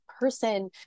person